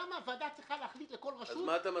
למה הוועדה צריכה להחליט לכל רשות --- אז מה אתה מציע,